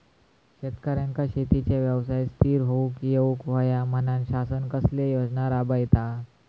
शेतकऱ्यांका शेतीच्या व्यवसायात स्थिर होवुक येऊक होया म्हणान शासन कसले योजना राबयता?